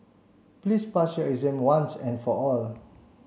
please pass your exam once and for all